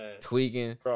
tweaking